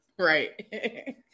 Right